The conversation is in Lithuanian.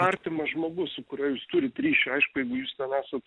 artimas žmogus su kuriuo jūs turit ryšį aišku jeigu jūs ten esat